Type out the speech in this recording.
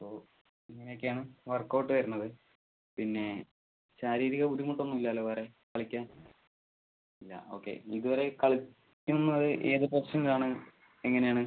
അപ്പോൾ ഇങ്ങനെയൊക്കെയാണ് വർക്കൗട്ട് വരുന്നത് പിന്നെ ശാരീരിക ബുദ്ധിമുട്ടൊന്നുമില്ലല്ലോ വേറെ കളിക്കാൻ ഇല്ല ഓക്കെ ഇതുവരെ കളിക്കുന്നത് ഏത് പൊസിഷനിലാണ് എങ്ങനെയാണ്